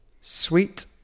sweet